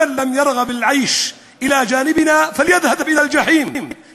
מי שלא רוצה לחיות לצדנו, שילך לגיהינום.